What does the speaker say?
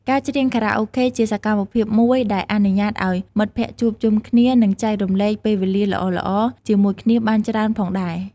ការច្រៀងខារ៉ាអូខេជាសកម្មភាពមួយដែលអនុញ្ញាតឱ្យមិត្តភក្តិជួបជុំគ្នា និងចែករំលែកពេលវេលាល្អៗជាមួយគ្នាបានច្រើនផងដែរ។